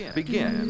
begin